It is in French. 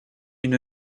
une